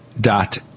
dot